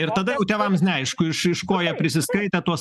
ir tada jau tėvams neaišku iš iš ko jie prisiskaitę tuos